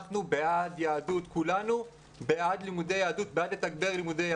כולנו בעד לתגבר לימודי יהדות,